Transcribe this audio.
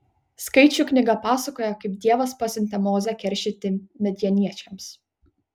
skaičių knyga pasakoja kaip dievas pasiuntė mozę keršyti midjaniečiams